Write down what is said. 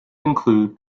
include